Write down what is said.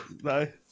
No